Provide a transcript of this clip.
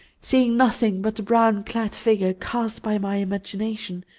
seeing nothing but the brown-clad figure cast by my imagination,